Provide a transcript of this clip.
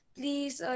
Please